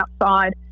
outside